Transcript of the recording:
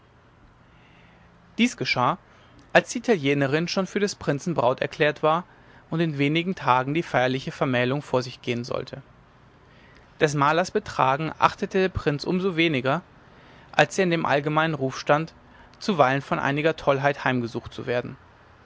dies geschah als die italienerin schon für des prinzen braut erklärt war und in wenigen tagen die feierliche vermählung vor sich gehen sollte des malers betragen achtete der prinz um so weniger als er in dem allgemeinen ruf stand zuweilen von einiger tollheit heimgesucht zu werden